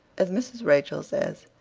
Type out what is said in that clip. as mrs. rachel says,